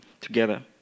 together